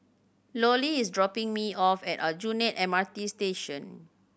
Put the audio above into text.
Lollie is dropping me off at Aljunied M R T Station